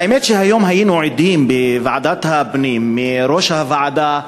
האמת שהיום היינו עדים בוועדת הפנים לכך שיושבת-ראש הוועדה,